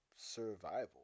Survival